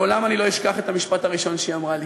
לעולם אני לא אשכח את המשפט הראשון שהיא אמרה לי,